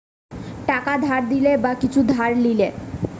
টাকা ধার দিলে বা কিছু ধার লিলে